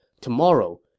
Tomorrow